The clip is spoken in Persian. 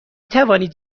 توانید